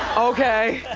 okay!